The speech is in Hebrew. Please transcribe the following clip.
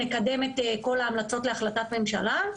נקדם את כל ההמלצות להחלטת ממשלה.